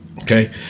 Okay